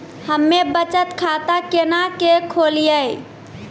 हम्मे बचत खाता केना के खोलियै?